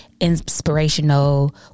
inspirational